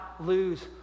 lose